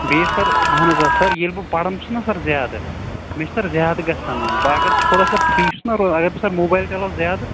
بیٚیہِ سَر اَہَن حظ آ سَر ییٚلہِ بہٕ پَران چھُ نہٕ سَر زیادٕ مےٚ چھُ سَر زیادٕ گَژھان بہِ اگر تھوڑا فرٛی چھُس نہ روزان بہٕ اگر سَر موبایِل چَلاوٕ زیادٕ